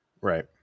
right